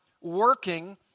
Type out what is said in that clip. working